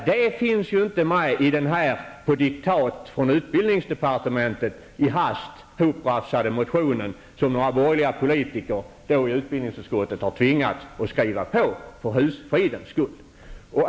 Detta finns inte med i den på diktat från utbildningsdepartementet i hast hoprafsade motion, som några borgerliga politiker i utbildningsutskottet har tvingats skriva på för husfridens skull.